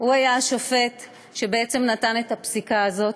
היה השופט שנתן את הפסיקה הזאת.